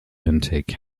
intake